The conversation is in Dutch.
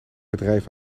bedrijf